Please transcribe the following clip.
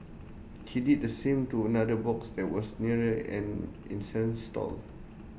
he did the same to another box that was near an incense stall